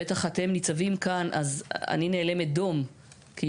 בטח בכאלה שאתם ניצבים כאן אז אני נאלמת דום כי